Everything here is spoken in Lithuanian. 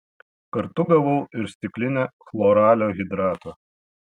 kartu gavau ir stiklinę chloralio hidrato